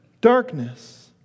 darkness